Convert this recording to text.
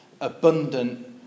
abundant